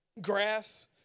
grass